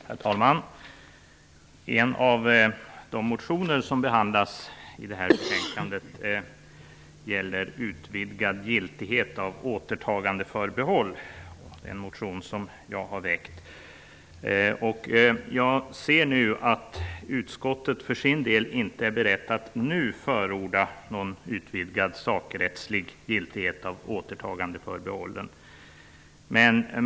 Herr talman! En av de motioner som behandlas i det här betänkandet gäller utvidgad giltighet av återtagandeförbehåll; det är en motion som jag har väckt. Jag ser att utskottet för sin del inte är berett att nu förorda någon utvidgad sakrättslig giltighet av återtagandeförbehållen.